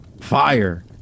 fire